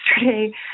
yesterday